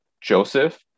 Joseph